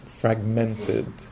fragmented